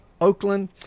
Oakland